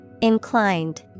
Inclined